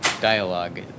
dialogue